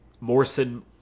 morrison